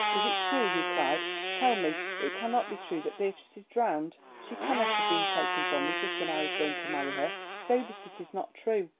is it true? he cried, tell me it cannot be true that beatrice is drowned. she cannot have been taken from me just when i was going to marry her. say that it is not true!